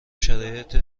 شرایط